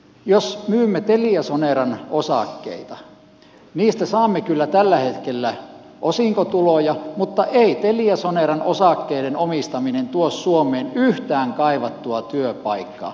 jos myymme teliasoneran osakkeita niistä saamme kyllä tällä hetkellä osinkotuloja mutta ei teliasoneran osakkeiden omistaminen tuo suomeen yhtään kaivattua työpaikkaa